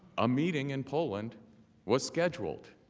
a meeting in poland was scheduled.